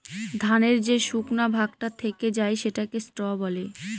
ধানের যে শুকনা ভাগটা থেকে যায় সেটাকে স্ত্র বলে